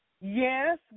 Yes